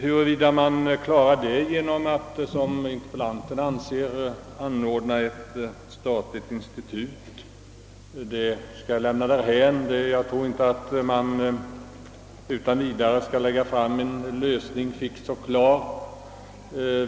Huruvida man klarar den saken genom att, som interpellanten föreslår, inrätta ett statligt institut, skall jag lämna därhän. Jag tror inte att man utan vidare kan lägga fram en lösning fix och färdig.